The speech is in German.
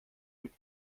mit